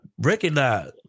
recognize